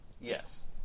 yes